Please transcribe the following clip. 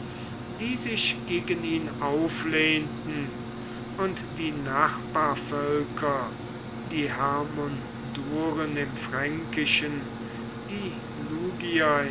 die sich gegen ihn auflehnten und die nachbarvölker die hermunduren im fränkischen die